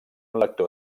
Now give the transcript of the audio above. lector